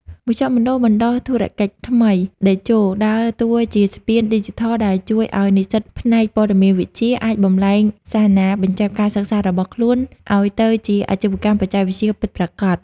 មជ្ឈមណ្ឌលបណ្ដុះធុរកិច្ចថ្មី "តេជោ" ដើរតួជាស្ពានឌីជីថលដែលជួយឱ្យនិស្សិតផ្នែកព័ត៌មានវិទ្យា អាចបំប្លែងសារណាបញ្ចប់ការសិក្សារបស់ខ្លួន ឱ្យទៅជាអាជីវកម្មបច្ចេកវិទ្យា ពិតប្រាកដ។